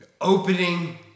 opening